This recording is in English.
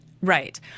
Right